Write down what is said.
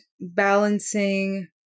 balancing